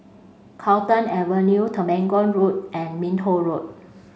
Carlton Avenue Temenggong Road and Minto Road